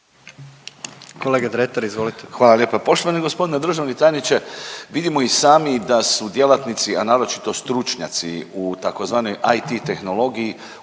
**Dretar, Davor (DP)** Hvala lijepa. Poštovani g. državni tajniče, vidimo i sami da su djelatnici, a naročito stručnjaci u tzv. IT tehnologiji